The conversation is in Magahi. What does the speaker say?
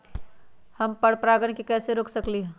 हम पर परागण के कैसे रोक सकली ह?